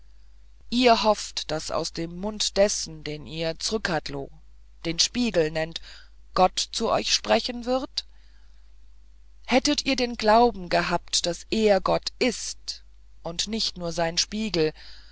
ihr hofft daß aus dem munde dessen den ihr zrcadlo den spiegel nennt gott zu euch sprechen wird hättet ihr den glauben gehabt daß er gott ist und nicht nur sein spiegel